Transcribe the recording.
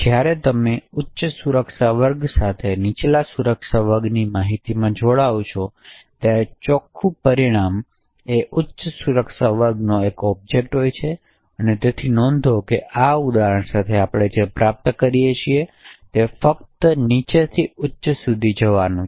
જ્યારે તમે ઉચ્ચ સુરક્ષા વર્ગ સાથે નીચલા સુરક્ષા વર્ગની માહિતીમાં જોડાઓ છો ત્યારે ચોખ્ખું પરિણામ એ ઉચ્ચ સુરક્ષા વર્ગનો એક ઓબ્જેક્ટ હોય છે તેથી નોંધો કે આ ઉદાહરણ સાથે આપણે જે પ્રાપ્ત કરી રહ્યા છીએ તે ફક્ત નીચલાથી ઉચ્ચ સુધી જવાનું છે